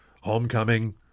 homecoming